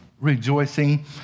rejoicing